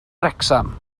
wrecsam